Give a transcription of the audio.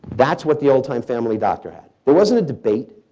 that's what the old-time family doctor had. it wasn't a debate.